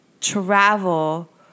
travel